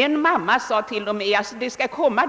En mamma sade t.o.m.